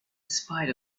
spite